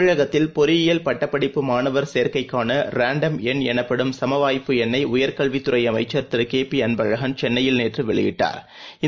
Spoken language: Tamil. தமிழகத்தில் பொறியியல் பட்டப் படிப்பு மாணவர் சேர்க்கைக்கானராண்டம் எண் எனப்படும் சமவாய்ப்பு எண்ணைஉயர்கல்வித்துறைஅமைச்சா் திருகேபிஅள்பழகள் சென்னையில் நேற்றுவெளியிட்டாா்